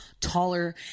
taller